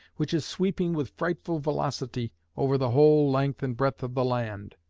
which is sweeping with frightful velocity over the whole length and breadth of the land,